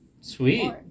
sweet